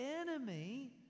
enemy